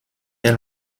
est